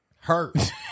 Hurt